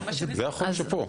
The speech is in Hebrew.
זה החוק שפה.